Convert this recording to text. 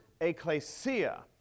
Ecclesia